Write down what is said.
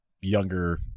younger